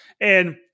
and-